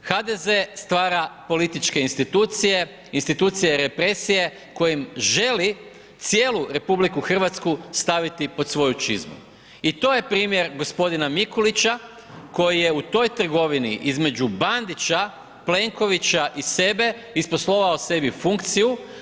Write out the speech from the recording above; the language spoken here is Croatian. HDZ-e stvara političke institucije, institucije represije kojim želi cijelu Republiku Hrvatsku staviti pod svoju čizmu i to je primjer gospodina Mikulića koji je u toj trgovini između Bandića, Plenkovića i sebe isposlovao sebi funkciju.